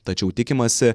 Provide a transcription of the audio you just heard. tačiau tikimasi